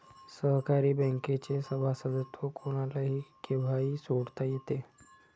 सहकारी बँकेचे सभासदत्व कोणालाही केव्हाही सोडता येते